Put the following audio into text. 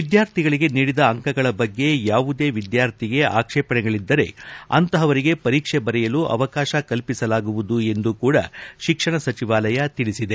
ವಿದ್ಯಾರ್ಥಿಗಳಿಗೆ ನೀಡಿದ ಅಂಕಗಳ ಬಗ್ಗೆ ಯಾವುದೇ ವಿದ್ಯಾರ್ಥಿಗಳಿಗೆ ಆಕ್ಷೇಪಣೆಗಳಿದ್ದರೆ ಅಂತಹವರಿಗೆ ಪರೀಕ್ಷೆ ಬರೆಯಲು ಅವಕಾಶ ಕಲ್ಪಿಸಲಾಗುವುದು ಎಂದು ಕೂಡಾ ಶಿಕ್ಷಣ ಸಚಿವಾಲಯ ತಿಳಿಸಿದೆ